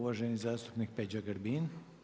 Uvaženi zastupnik Peđa Grbin.